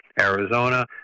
Arizona